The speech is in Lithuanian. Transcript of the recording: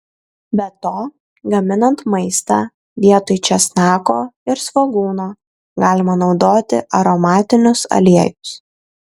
be to gaminant maistą vietoj česnako ir svogūno galima naudoti aromatinius aliejus